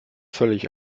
völlig